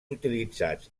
utilitzats